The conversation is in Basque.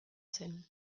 zen